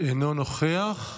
אינו נוכח,